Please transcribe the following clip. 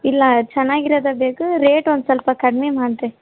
ಇಲ್ಲ ಚೆನ್ನಾಗಿರೋದು ಬೇಕು ರೇಟ್ ಒಂದು ಸ್ವಲ್ಪ ಕಡ್ಮೆ ಮಾಡಿರಿ